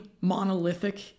monolithic